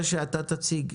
אחרי שאתה תציג,